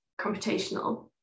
computational